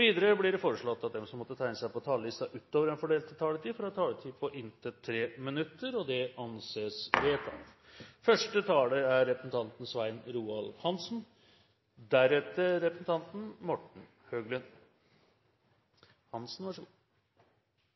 Videre blir det foreslått at de som måtte tegne seg på talerlisten utover den fordelte taletid, får en taletid på inntil 3 minutter. – Det anses vedtatt. Jeg vil takke utenriksministeren for en god gjennomgang av utfordringene i Europa – hvorav mange også er våre utfordringer. Det er fortsatt mye som gir god